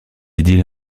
idylle